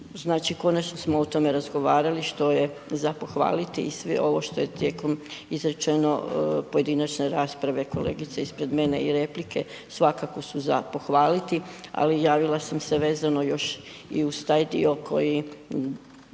Znači konačno smo o tome razgovarali što je za pohvaliti i sve ovo što je tijekom izrečenom pojedinačne rasprave kolegice ispred mene i replike svakako su za pohvaliti. Ali javila sam se vezano još i uz taj dio koji